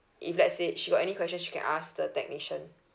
if let's say she got any question she can ask the technician